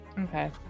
Okay